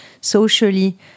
socially